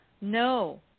No